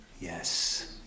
Yes